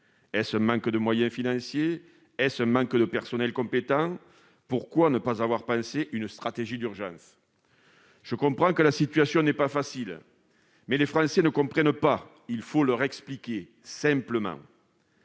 d'un manque de moyens financiers ou de personnel compétent ? Pourquoi ne pas avoir pensé à une stratégie d'urgence ? J'ai conscience que la situation n'est pas facile, mais les Français ne comprennent pas. Il faut leur expliquer simplement.